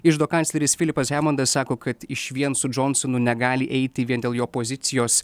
iždo kancleris philipas hemondas sako kad išvien su džonsonu negali eiti vien dėl jo pozicijos